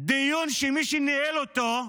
דיון שמי שניהל אותו,